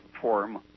form